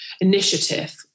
initiative